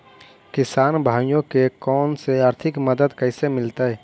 किसान भाइयोके कोन से आर्थिक मदत कैसे मीलतय?